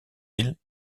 îles